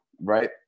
right